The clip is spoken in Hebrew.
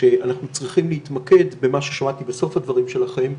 חלק מהפערים הם ביולוגיים.